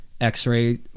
x-ray